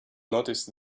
noticed